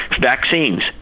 Vaccines